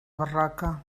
barroca